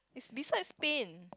it's beside Spain